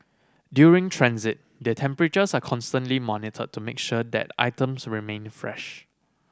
during transit their temperatures are constantly monitored to make sure that items remain fresh